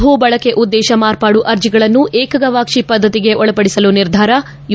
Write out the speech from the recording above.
ಭೂ ಬಳಕೆ ಉದ್ದೇಶ ಮಾರ್ಪಡು ಅರ್ಜಿಗಳನ್ನು ಏಕ ಗವಾಕ್ಷಿ ಪದ್ದತಿಗೆ ಒಳಪಡಿಸಲು ನಿರ್ಧಾರ ಯು